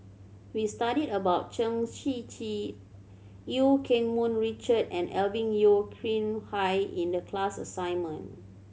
we studied about Chen Shiji Eu Keng Mun Richard and Alvin Yeo Khirn Hai in the class assignment